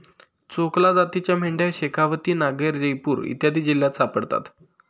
चोकला जातीच्या मेंढ्या शेखावती, नागैर, जयपूर इत्यादी जिल्ह्यांत सापडतात